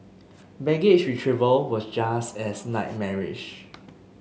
baggage retrieval was just as nightmarish